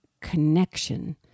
connection